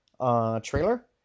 trailer